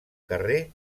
carrer